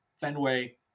Fenway